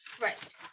Right